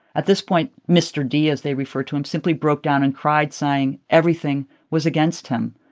at this point, mr. d, as they refer to him, simply broke down and cried, saying everything was against him.